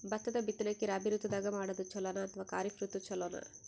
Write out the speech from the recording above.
ಭತ್ತದ ಬಿತ್ತನಕಿ ರಾಬಿ ಋತು ದಾಗ ಮಾಡೋದು ಚಲೋನ ಅಥವಾ ಖರೀಫ್ ಋತು ಚಲೋನ?